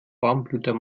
warmblüter